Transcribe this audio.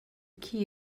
key